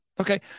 Okay